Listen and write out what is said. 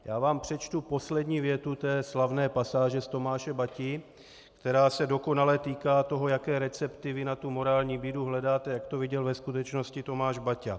Já vám přečtu poslední větu té slavné pasáže z Tomáše Bati, která se dokonale týká toho, jaké recepty vy na tu morální bídu hledáte, jak to viděl ve skutečnosti Tomáš Baťa.